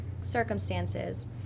circumstances